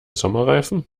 sommerreifen